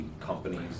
companies